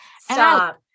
Stop